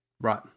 Right